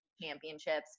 championships